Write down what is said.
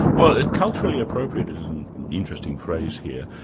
well culturally appropriate is an interesting phrase here,